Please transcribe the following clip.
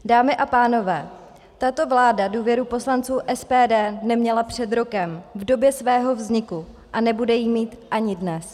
Dámy a pánové, tato vláda důvěru poslanců SPD neměla před rokem v době svého vzniku a nebude ji mít ani dnes.